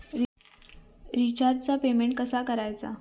रिचार्जचा पेमेंट कसा करायचा?